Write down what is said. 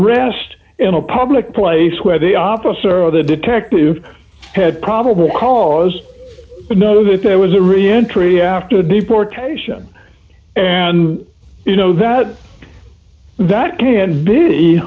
ast in a public place where the officer or the detective had probable cause to know that there was a reentry after the deportation and you know that that can be